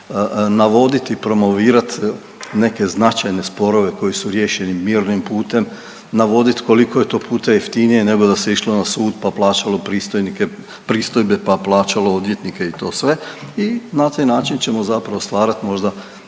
navodit i promovirat neke značajne sporove koji su riješeni mirnim putem, navodit koliko je to puta jeftinije nego da se išlo na sud pa plaćalo pristojbe, pa plaćalo odvjetnike i to sve i na taj način ćemo zapravo stvarat možda